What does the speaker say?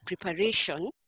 preparation